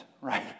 right